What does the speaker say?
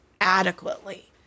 adequately